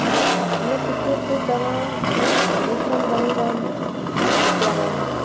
अछा अछा इन टिकिट ते तव्हांजी कमीशन घणी रहंदी घणा रुपया रहंदी